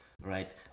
right